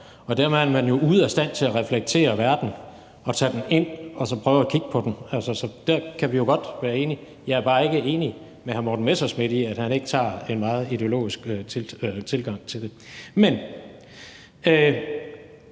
og dermed er man jo ude af stand til at reflektere verden og tage dem ind og så prøve at kigge på dem. Så der kan vi jo godt være enige, jeg er bare ikke enig med hr. Morten Messerschmidt i, at han ikke har en meget ideologisk tilgang til det.